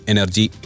Energy